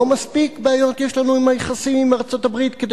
לא מספיק בעיות יש לנו ביחסים עם ארצות-הברית כדי